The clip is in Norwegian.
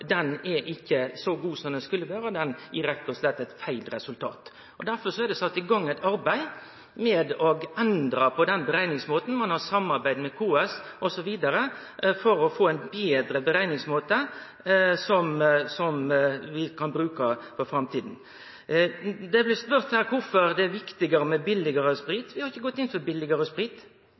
sett i gang eit arbeid med å endre på den berekningsmåten. Ein har samarbeidd med KS for å få ein betre berekningsmåte, som vi kan bruke for framtida. Eg blir spurt om kvifor det er viktigare med billigare sprit. Vi har ikkje gått inn for billigare sprit.